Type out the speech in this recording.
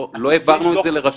לא העברנו את זה לרשות.